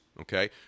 okay